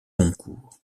goncourt